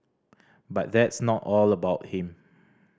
but that's not all about him